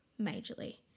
majorly